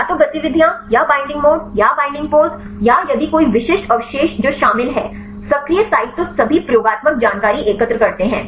या तो गतिविधियाँ या बाइंडिंग मोड या बाइंडिंग पोज़ या यदि कोई विशिष्ट अवशेष जो शामिल हैं सक्रिय साइटों तो सभी प्रयोगात्मक जानकारी एकत्र करते हैं